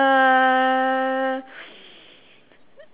uh